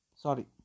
sorry